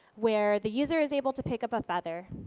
where the user is able to pick up a feather.